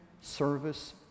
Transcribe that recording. service